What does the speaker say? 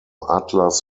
atlas